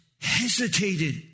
hesitated